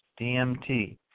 DMT